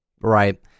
Right